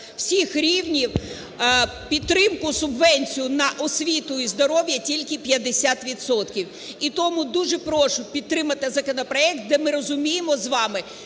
всіх рівнів підтримку субвенції на освіту і здоров'я тільки 50 відсотків. І тому дуже прошу, підтримати законопроект, де, ми розуміємо з вами,